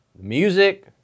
Music